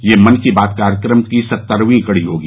यह मन की बात कार्यक्रम की सत्तरवीं कड़ी होगी